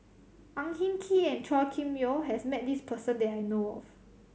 Ang Hin Kee and Chua Kim Yeow has met this person that I know of